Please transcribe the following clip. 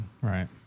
Right